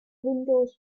windows